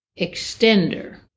extender